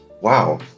wow